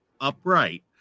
upright